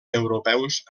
europeus